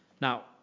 Now